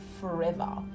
forever